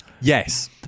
Yes